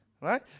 Right